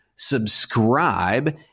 subscribe